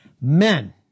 men